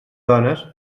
dones